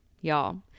y'all